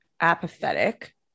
apathetic